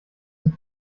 dem